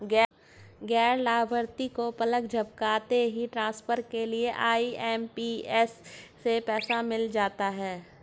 गैर लाभार्थी को पलक झपकते ही ट्रांसफर के लिए आई.एम.पी.एस से पैसा मिल जाता है